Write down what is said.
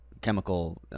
chemical